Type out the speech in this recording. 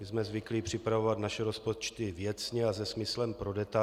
My jsme zvyklí připravovat své rozpočty věcně a se smyslem pro detail.